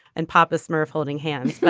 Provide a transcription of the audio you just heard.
and papa smurf holding hands